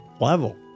level